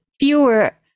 fewer